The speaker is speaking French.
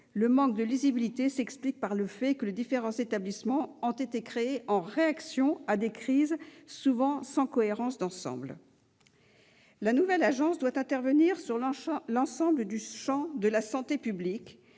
manque de cohérence et de lisibilité, les différents établissements ayant été créés en réaction à des crises, souvent sans cohérence d'ensemble. La nouvelle agence doit intervenir sur l'ensemble du champ de la santé publique,